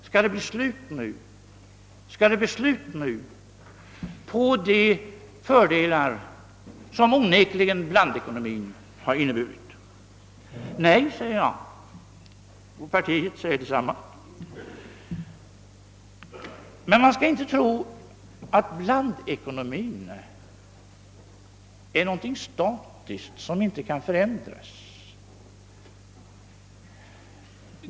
Skall det nu bli slut på de fördelar, som blandekonomin onekligen inneburit? Nej, säger jag och partiet säger detsamma. Men man skall inte tro att blandekonomin är någonting statiskt som inte kan förändras.